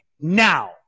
Now